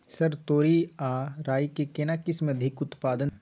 Sir तोरी आ राई के केना किस्म अधिक उत्पादन दैय छैय?